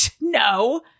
no